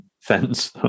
fence